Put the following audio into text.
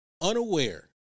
unaware